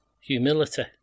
Humility